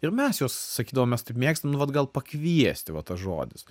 ir mes juos sakydavom mes taip mėgstam nu vat gal pakviesti va tas žodis